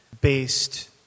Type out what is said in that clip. based